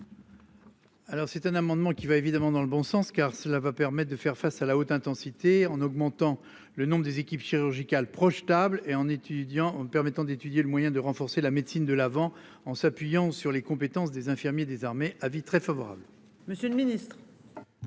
Alors c'est un amendement qui va évidemment dans le bon sens, car cela va permettre de faire face à la haute intensité en augmentant le nombre des équipes chirurgicales projetables et en étudiant permettant d'étudier les moyens de renforcer la médecine de l'avant en s'appuyant sur les compétences des infirmiers désarmés avis très favorable. Monsieur le Ministre.